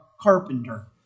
carpenter